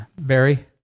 Barry